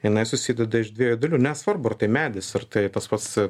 jinai susideda iš dviejų dalių nesvarbu ar tai medis ar tai tas pats